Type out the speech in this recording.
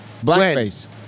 Blackface